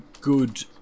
good